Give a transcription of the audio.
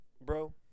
bro